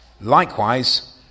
likewise